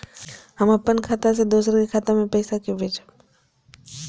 हम अपन खाता से दोसर के खाता मे पैसा के भेजब?